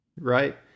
right